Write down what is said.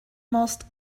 most